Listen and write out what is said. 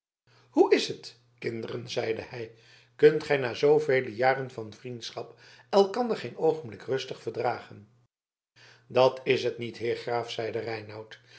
hoe is het kinderen zeide hij kunt gij na zoovele jaren van vriendschap elkander geen oogenblik rustig verdragen dat is het niet heer graaf zeide reinout